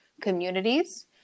communities